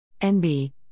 NB